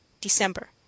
December